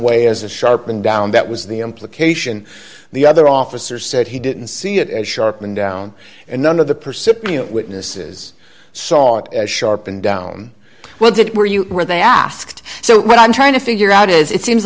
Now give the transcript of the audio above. way as a sharp and down that was the implication the other officer said he didn't see it as sharp and down and none of the percipient witnesses saw it as sharp and down when did it where you were they asked so what i'm trying to figure out is it seems